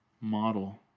model